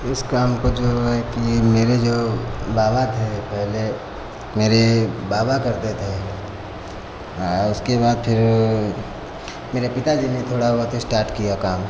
इस काम को जो है कि मेरे जो बाबा थे पहले मेरे बाबा करते थे आ उसके बाद फिर मेरे पिता जी ने थोड़ा बहुत इस्टार्ट किया काम